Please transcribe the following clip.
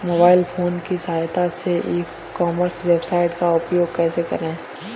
Mobile phone की सहायता से ई कॉमर्स वेबसाइट का उपयोग कैसे करें?